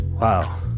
Wow